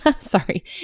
sorry